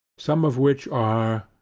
some of which are,